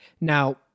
Now